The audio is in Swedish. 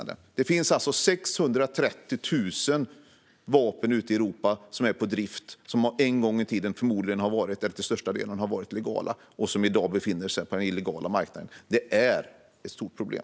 Det finns 630 000 vapen ute i Europa som är på drift. En gång i tiden har den största delen av dem förmodligen varit legala, men i dag befinner de sig på den illegala marknaden. Det är ett stort problem.